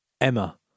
Emma